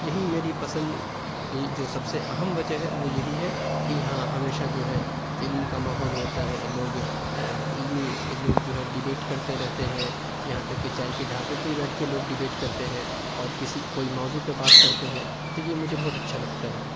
یہی میری پسند کی جو سب سے اہم وجہ ہے وہ یہی ہے کہ یہاں ہمیشہ جو ہے علم کا ماحول ہوتا ہے لوگ علمی لوگ جو ہے ڈبیٹ کرتے رہتے ہیں یہاں تک کہ چائے کے ڈھابے پہ بھی بیٹھ کے لوگ ڈبیٹ کرتے ہیں اور کسی کوئی موضوع پہ بات کرتے ہیں تو یہ مجھے بہت اچھا لگتا ہے